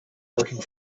working